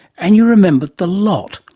and you remembered the lot.